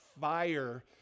fire